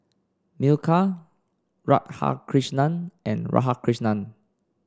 Milkha Radhakrishnan and Radhakrishnan